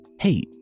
Hey